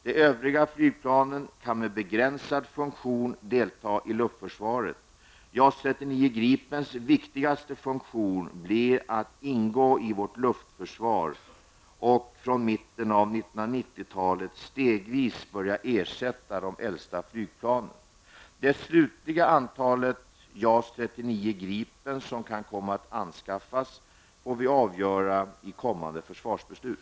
De övriga flygplanen kan med begränsad funktion delta i luftförsvaret. JAS 39 Gripens viktigaste funktion blir att ingå i vårt luftförsvar och från mitten av 1990-talet stegvis börja ersätta de äldsta flygplanen. Det slutliga antalet JAS 39 Gripen som kan komma att anskaffas får vi avgöra i kommande försvarsbeslut.